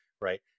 right